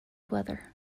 weather